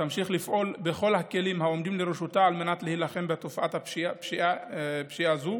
תמשיך לפעול בכל הכלים העומדים לרשותה כדי להילחם בתופעת הפשיעה הזאת.